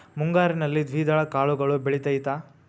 ಮುಂಗಾರಿನಲ್ಲಿ ದ್ವಿದಳ ಕಾಳುಗಳು ಬೆಳೆತೈತಾ?